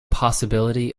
possibility